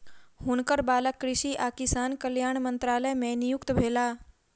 हुनकर बालक कृषि आ किसान कल्याण मंत्रालय मे नियुक्त भेला